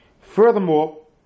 Furthermore